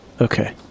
Okay